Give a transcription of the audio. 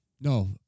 No